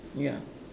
ya